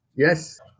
Yes